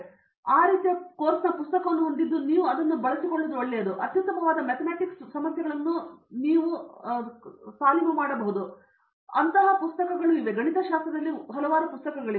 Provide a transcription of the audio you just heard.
ಮತ್ತು ಅವಳು ಆ ರೀತಿಯ ಕೋರ್ಸ್ನ ಪುಸ್ತಕವನ್ನು ಹೊಂದಿದ್ದು ನೀವು ಅದನ್ನು ಬಳಸಿಕೊಳ್ಳುವುದು ಒಳ್ಳೆಯದು ಅತ್ಯುತ್ತಮವಾದ ಮ್ಯಾಥಮ್ಯಾಟಿಕ್ಸ್ ಸಮಸ್ಯೆಗಳನ್ನು ನೀವು ಅನುಭವಿಸುವ ಪುಸ್ತಕ ಮತ್ತು ಗಣಿತಶಾಸ್ತ್ರದಲ್ಲಿ ಹಲವು ಪುಸ್ತಕಗಳಿವೆ